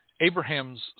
Abraham's